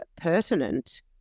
pertinent